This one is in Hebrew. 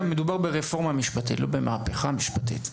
מדובר ברפורמה משפטית ולא במהפכה משפטית.